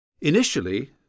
Initially